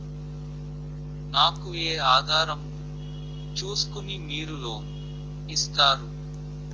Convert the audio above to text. నాకు ఏ ఆధారం ను చూస్కుని మీరు లోన్ ఇస్తారు?